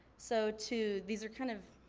so two, these are kind of,